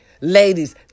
Ladies